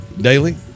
Daily